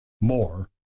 more